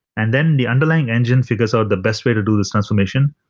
and then the underlying engine figures are the best way to do this transformation.